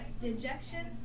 dejection